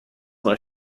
mal